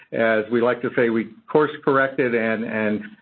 as we like to say, we course-corrected and and